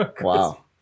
Wow